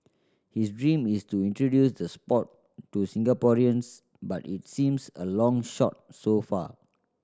his dream is to introduce the sport to Singaporeans but it seems a long shot so far